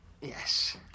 Yes